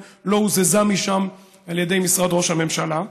לא הוזזה משם על ידי משרד ראש הממשלה.